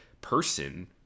person